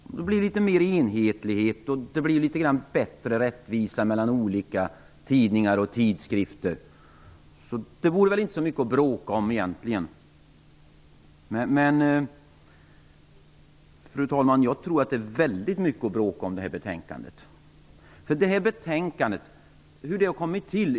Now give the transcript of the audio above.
Det blir ju därmed litet mera enhetligt och litet bättre rättvisa mellan olika tidningar och tidskrifter, så egentligen är det väl inte så mycket att bråka om. Jo, fru talman, jag tycker att det är väldigt mycket att bråka om när det gäller det här betänkandet. Hur har betänkandet kommit till?